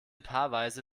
paarweise